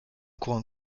courant